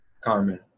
Carmen